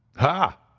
ha!